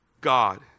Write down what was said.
God